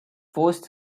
forced